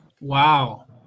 Wow